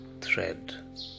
thread